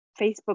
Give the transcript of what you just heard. Facebook